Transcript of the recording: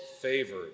favored